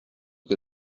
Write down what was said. que